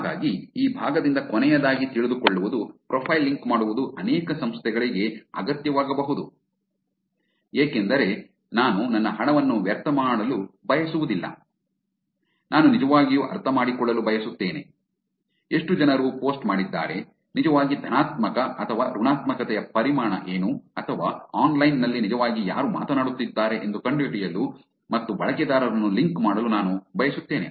ಹಾಗಾಗಿ ಈ ಭಾಗದಿಂದ ಕೊನೆಯದಾಗಿ ತಿಳಿದುಕೊಳ್ಳುವುದು ಪ್ರೊಫೈಲ್ ಲಿಂಕ್ ಮಾಡುವುದು ಅನೇಕ ಸಂಸ್ಥೆಗಳಿಗೆ ಅಗತ್ಯವಾಗಬಹುದು ಏಕೆಂದರೆ ನಾನು ನನ್ನ ಹಣವನ್ನು ವ್ಯರ್ಥ ಮಾಡಲು ಬಯಸುವುದಿಲ್ಲ ನಾನು ನಿಜವಾಗಿಯೂ ಅರ್ಥಮಾಡಿಕೊಳ್ಳಲು ಬಯಸುತ್ತೇನೆ ಎಷ್ಟು ಜನರು ಪೋಸ್ಟ್ ಮಾಡಿದ್ದಾರೆ ನಿಜವಾಗಿ ಧನಾತ್ಮಕ ಅಥವಾ ಋಣಾತ್ಮಕತೆಯ ಪರಿಮಾಣ ಏನು ಅಥವಾ ಆನ್ಲೈನ್ ನಲ್ಲಿ ನಿಜವಾಗಿ ಯಾರು ಮಾತನಾಡುತ್ತಿದ್ದಾರೆ ಎಂದು ಕಂಡುಹಿಡಿಯಲು ಮತ್ತು ಬಳಕೆದಾರರನ್ನು ಲಿಂಕ್ ಮಾಡಲು ನಾನು ಬಯಸುತ್ತೇನೆ